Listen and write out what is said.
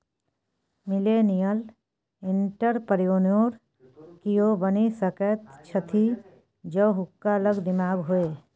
millennial entrepreneur कियो बनि सकैत छथि जौं हुनका लग दिमाग होए